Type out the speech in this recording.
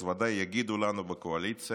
אז ודאי יגידו לנו בקואליציה: